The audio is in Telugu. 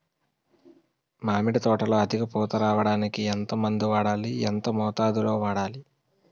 మామిడి తోటలో అధిక పూత రావడానికి ఎంత మందు వాడాలి? ఎంత మోతాదు లో వాడాలి?